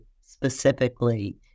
specifically